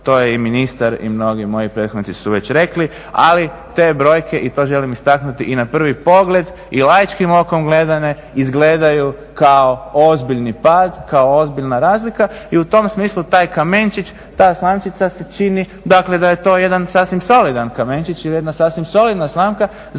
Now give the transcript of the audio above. To je i ministar i mnogi moji prethodnici su već rekli, ali te brojke i to želim istaknuti i na prvi pogled i laičkim okom gledane izgledaju kao ozbiljni pad, kao ozbiljna razlika i u tom smislu taj kamenčić, ta slamčica se čini dakle da je to jedan sasvim solidan kamenčić ili jedna sasvim solidna slamka